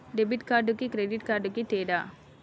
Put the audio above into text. Debit కార్డుకి credit కార్డుకి తేడా?